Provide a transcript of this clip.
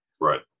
right